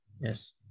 Yes